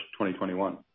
2021